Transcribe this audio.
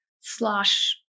slosh